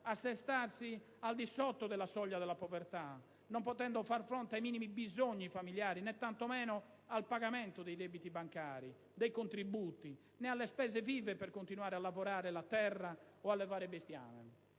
assestarsi al di sotto della soglia della povertà, non potendo far fronte ai minimi bisogni familiari né, tanto meno, al pagamento dei debiti bancari, dei contributi, né alle spese vive per continuare a lavorare la terra o allevare bestiame.